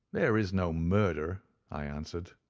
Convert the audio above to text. there is no murder i answered.